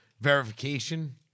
verification